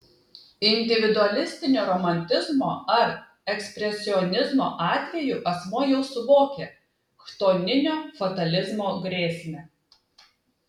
individualistinio romantizmo ar ekspresionizmo atveju asmuo jau suvokia chtoninio fatalizmo grėsmę